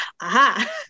aha